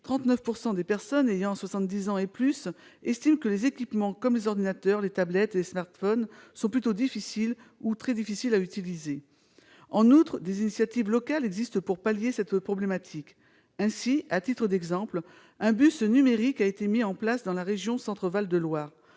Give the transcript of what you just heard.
39 % des personnes âgées de soixante-dix ans et plus estiment que les équipements comme les ordinateurs, les tablettes et les smartphones sont « plutôt difficiles » ou « très difficiles » à utiliser. Diverses initiatives locales sont prises pour traiter cette problématique. À titre d'exemple, un bus numérique a été mis en place dans la région Centre-Val-de-Loire.